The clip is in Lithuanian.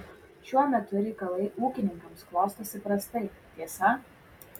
šiuo metu reikalai ūkininkams klostosi prastai tiesa